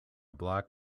black